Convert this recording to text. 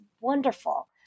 wonderful